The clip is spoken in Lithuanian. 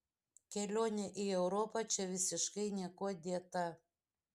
kelionė į europą čia visiškai niekuo dėta